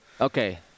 Okay